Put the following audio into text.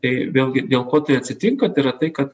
tai vėlgi dėl ko tai atsitinka tai yra tai kad